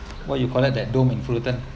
what do you call that that dome in fullerton